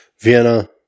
Vienna